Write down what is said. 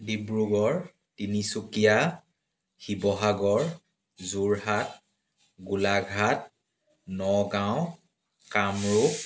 Dibrugarh Tinsukia Sivasagar Jorhat Golaghat Nagaon Kamrup